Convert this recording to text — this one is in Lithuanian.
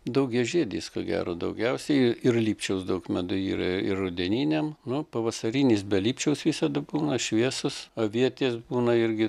daugiažiedis ko gero daugiausiai ir lipčiaus daug meduj yra ir rudeniniam nu pavasarinis be lipčiaus visada būna šviesus avietės būna irgi